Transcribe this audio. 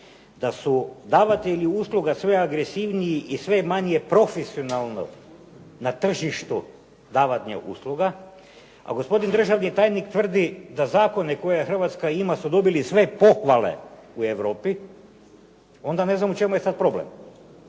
da su davatelji usluga sve agresivniji i sve je manje profesionalnog na tržištu davanja usluga, a gospodin državni tajnik tvrdi da zakone koje Hrvatska ima su dobili sve pohvale u Europi, onda ne znam u čemu je sada problem.